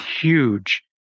huge